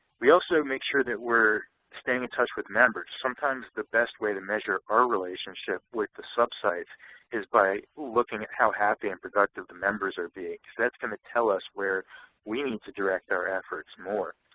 we also make sure that we're staying in touch with members. sometimes the best way to measure our relationship with the sub-sites is by looking at how happy and productive the members are being because that's going to tell us where we need to direct our efforts more.